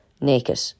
naked